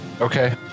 Okay